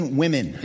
women